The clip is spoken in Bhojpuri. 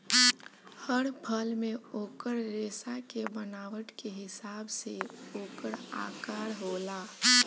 हर फल मे ओकर रेसा के बनावट के हिसाब से ओकर आकर होला